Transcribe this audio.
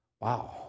Wow